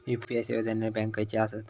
UPI सेवा देणारे bank खयचे आसत?